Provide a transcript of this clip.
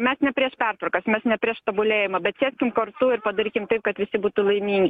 mes ne prieš pertvarkas mes ne prieš tobulėjimą bet sėskim kartu ir padarykim taip kad visi būtų laimingi